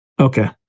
Okay